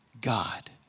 God